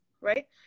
right